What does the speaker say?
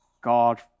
God